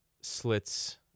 slits